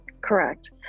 correct